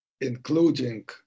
including